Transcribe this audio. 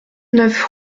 neuf